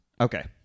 Okay